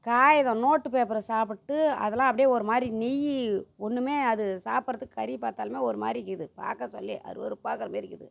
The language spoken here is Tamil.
காகிதம் நோட்டு பேப்பரை சாப்பிட்டு அதெல்லாம் அப்படியே ஒரு மாதிரி நெய்யி ஒன்றுமே அது சாப்பிட்றதுக்கு கறியை பார்த்தாலுமே ஒரு மாதிரி இருக்குது பார்க்க சொல்லே அருவருப்பாக இருக்கிற மாதிரி இருக்குது